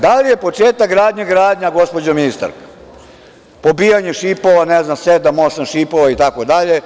Da li je početak gradnje gradnja, gospođo ministar, pobijanje šipova, ne znam, sedam, osam šipova itd?